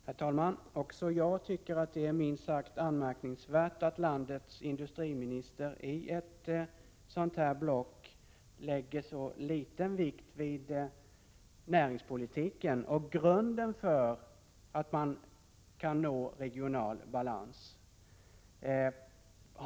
Herr talman! Också jag tycker att det är minst sagt anmärkningsvärt att landets industriminister i ett sådant här debattblock lägger så pass liten vikt vid näringspolitiken och grunden för regional balans.